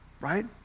right